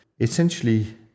essentially